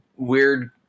weird